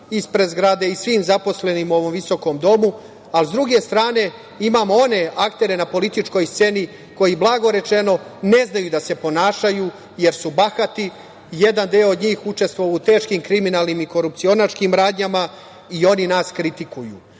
ispred zgrade i svim zaposlenima u ovom visokom domu. Sa druge strane, imamo one aktere na političkoj sceni koji, blago rečeno, ne znaju da se ponašaju jer su bahati. Jedan deo njih učestvovao je u teškim kriminalnim i korupcionaškim radnjama i oni nas kritikuju. Kako